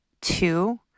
two